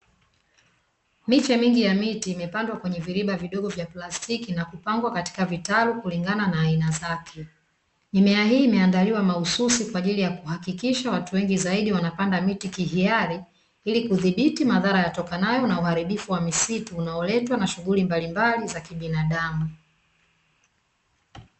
Miche mingi ya miti imepandwa kwenye viriba vidogo vya plastiki na kupangwa katika vitalu kulingana na aina zake mimea hii imeandaliwa mahususi kwa ajili ya kuhakikisha watu wengi zaidi wanapanda miti kihiari, ili kudhibiti madhara yatokanayo na uharibifu wa misitu unaoletwa na shughuli mbalimbali za kibinadamu.